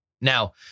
Now